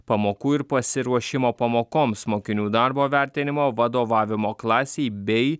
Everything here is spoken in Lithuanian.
pamokų ir pasiruošimo pamokoms mokinių darbo vertinimo vadovavimo klasei bei